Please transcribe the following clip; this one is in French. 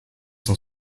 son